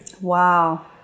Wow